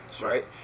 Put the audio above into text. right